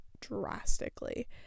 drastically